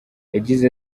yagize